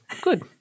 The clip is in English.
Good